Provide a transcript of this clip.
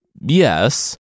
Yes